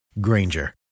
Granger